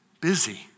Busy